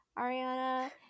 Ariana